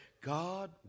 God